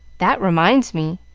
that reminds me!